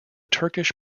turkish